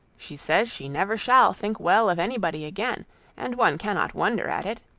she says she never shall think well of anybody again and one cannot wonder at it,